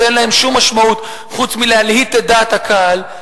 שאין להם שום משמעות חוץ מלהלהיט את דעת הקהל.